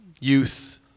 youth